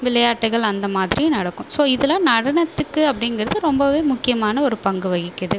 விளையாட்டுகள் அந்த மாதிரி நடக்கும் ஸோ இதில் நடனத்துக்கு அப்படிங்கறது ரொம்பவே முக்கியமான ஒரு பங்கு வகிக்குது